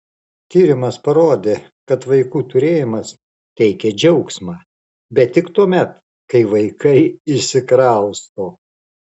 tyrimas parodė kad vaikų turėjimas teikią džiaugsmą bet tik tuomet kai vaikai išsikrausto